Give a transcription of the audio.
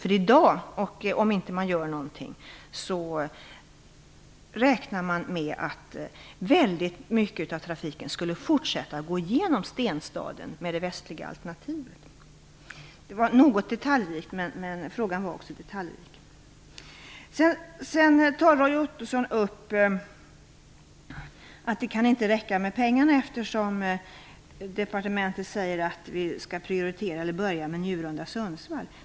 Om inget görs räknar man med att väldigt mycket av trafiken med det västliga alternativet skulle fortsätta att gå genom den s.k. stenstaden. Svaret i denna del är något detaljrikt, men frågan var också detaljrik. Vidare säger Roy Ottosson att pengarna inte kan räcka, eftersom departementet säger att vi skall börja med delen Njurunda-Sundsvall.